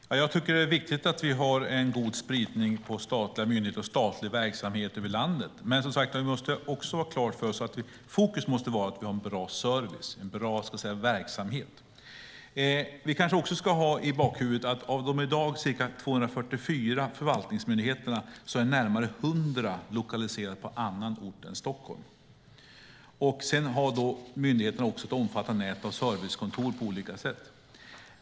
Herr talman! Jag tycker att det är viktigt att vi har en god spridning över landet av statliga myndigheter och statlig verksamhet. Men som sagt måste vi även ha klart för oss att fokus måste ligga på att vi har bra service och verksamhet. Vi kanske också ska ha i bakhuvudet att närmare 100 av de i dag 244 förvaltningsmyndigheterna är lokaliserade till annan ort än Stockholm. Sedan har myndigheterna ett omfattande nät av servicekontor på olika sätt.